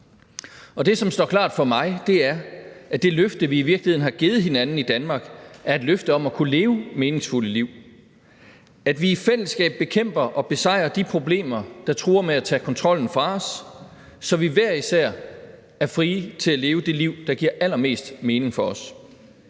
det, som står klart for mig, er, at det løfte, som vi i virkeligheden har givet hinanden i Danmark, er et løfte om at kunne leve meningsfulde liv; at vi i fællesskab bekæmper og besejrer de problemer, der truer med at tage kontrollen fra os, så vi hver især er frie til at leve det liv, der giver allermest mening for os.